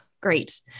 Great